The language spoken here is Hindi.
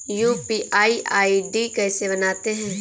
यू.पी.आई आई.डी कैसे बनाते हैं?